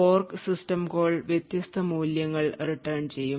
fork system call വ്യത്യസ്ത മൂല്യങ്ങൾ return ചെയ്യും